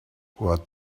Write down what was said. what